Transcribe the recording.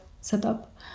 setup